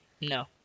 No